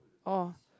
oh